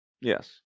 Yes